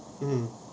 mm